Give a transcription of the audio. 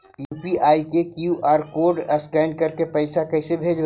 UPI के QR code scan करके पैसा कैसे भेजबइ?